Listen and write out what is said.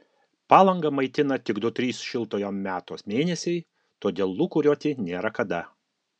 palangą maitina tik du trys šiltojo meto mėnesiai todėl lūkuriuoti nėra kada